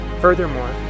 Furthermore